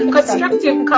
Constructive